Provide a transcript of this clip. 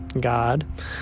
God